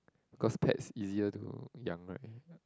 cause pets easier to 养 right